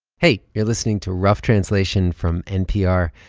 hey, you're listening to rough translation from npr.